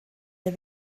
der